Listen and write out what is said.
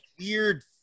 weird